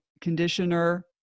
conditioner